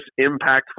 impactful